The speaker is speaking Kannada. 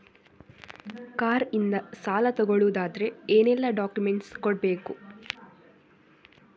ಕಾರ್ ಇಂದ ಸಾಲ ತಗೊಳುದಾದ್ರೆ ಏನೆಲ್ಲ ಡಾಕ್ಯುಮೆಂಟ್ಸ್ ಕೊಡ್ಬೇಕು?